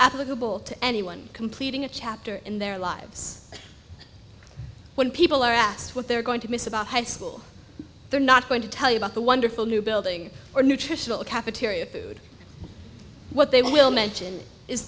applicable to anyone completing a chapter in their lives when people are asked what they're going to miss about high school they're not going to tell you about the wonderful new building or nutritional cafeteria food what they will mention i